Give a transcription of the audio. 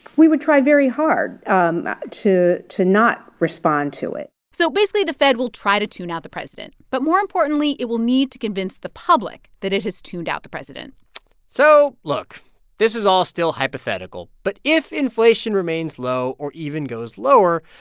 we would try very hard um to to not respond to it so basically, the fed will try to tune out the president, but more importantly, it will need to convince the public that it has tuned out the president so, look this is all still hypothetical, but if inflation remains low or even goes lower,